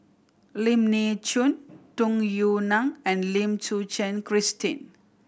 Lim Nee Soon Tung Yue Nang and Lim Suchen Christine